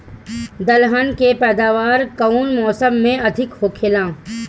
दलहन के पैदावार कउन मौसम में अधिक होखेला?